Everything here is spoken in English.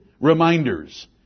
reminders